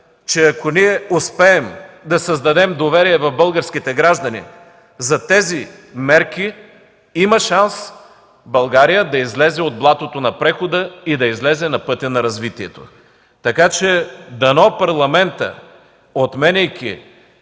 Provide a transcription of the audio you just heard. че ако успеем да създадем доверие в българските граждани за тези мерки, има шанс България да излезе от блатото на прехода и да излезе на пътя на развитието. Дано Парламентът, отменяйки